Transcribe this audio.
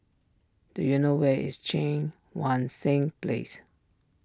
do you know where is Cheang Wan Seng Place